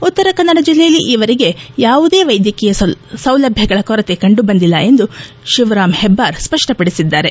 ಉತ್ತರಕನ್ನಡ ಜಿಲ್ಲೆಯಲ್ಲಿ ಈವರೆಗೆ ಯಾವುದೇ ವೈದ್ಯಕೀಯ ಸೌಲಭ್ಯಗಳ ಕೊರತೆ ಕಂಡುಬಂದಿಲ್ಲ ಎಂದು ಸಚಿವ ಶಿವರಾಂ ಹೆಬ್ಬಾರ್ ಸ್ಪಷ್ಟಪಡಿಸಿದ್ದಾರೆ